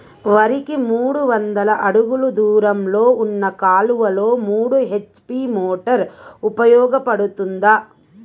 వరికి మూడు వందల అడుగులు దూరంలో ఉన్న కాలువలో మూడు హెచ్.పీ మోటార్ ఉపయోగపడుతుందా?